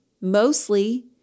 Mostly